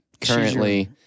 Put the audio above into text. currently